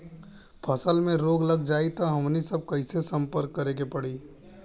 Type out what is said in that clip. फसल में रोग लग जाई त हमनी सब कैसे संपर्क करें के पड़ी?